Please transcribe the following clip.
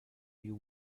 you